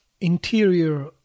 interior